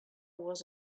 was